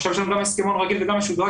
עכשיו כשיש הסכמון רגיל וגם משודרג